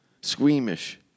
squeamish